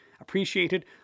appreciated